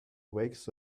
wakes